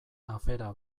afera